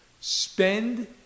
Spend